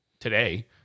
today